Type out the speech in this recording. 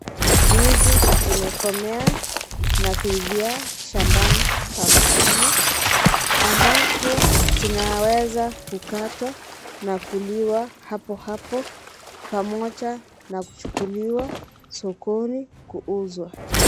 Ndizi zikomea na kuivia shambani kwa mkulima, ambapo zinaweza kukatwa na kuliwa hapohapo pamoja na kuchukuliwa sokoni kuuzwa.